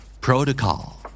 Protocol